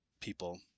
people